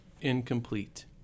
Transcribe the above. Incomplete